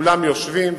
וכולם יושבים,